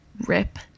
rip